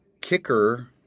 kicker